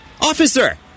Officer